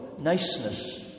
niceness